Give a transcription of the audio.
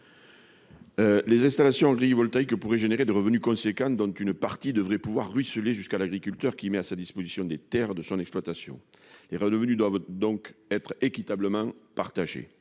Les installations agrivoltaïques pourraient engendrer des revenus significatifs, dont une partie devrait pouvoir ruisseler jusqu'à l'agriculteur qui leur consacre des terres de son exploitation. Les revenus doivent donc être équitablement partagés.